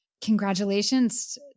Congratulations